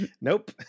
nope